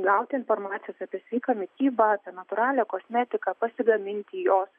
gauti informacijos apie sveiką mitybą apie natūralią kosmetiką pasigaminti jos